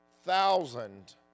thousand